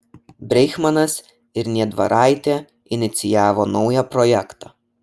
breichmanas ir niedvaraitė inicijavo naują projektą